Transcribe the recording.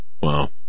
Wow